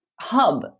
hub